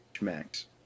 max